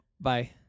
Bye